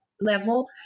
level